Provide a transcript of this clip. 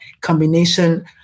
combination